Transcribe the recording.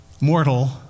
Mortal